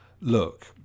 look